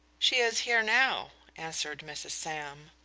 she is here now, answered mrs. sam.